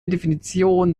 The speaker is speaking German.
definition